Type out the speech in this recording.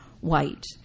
White